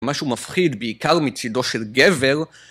יועטכעלח ןיויו ויויוי